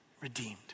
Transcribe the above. redeemed